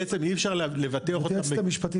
אי אפשר לבטח אותם --- היועצת המשפטית,